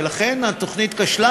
ולכן התוכנית כשלה,